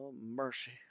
Mercy